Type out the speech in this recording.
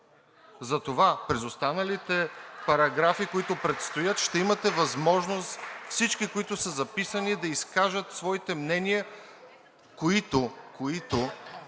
Затова през останалите параграфи, които предстоят, ще имате възможност всички, които са записани, да изкажат своите мнения, които